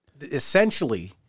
essentially